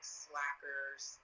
slackers